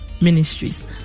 ministries